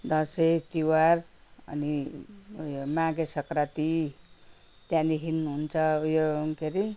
दसैँ तिहार अनि उयो माघे सङ्क्रान्ति त्यहाँदेखि हुन्छ उयो के अरे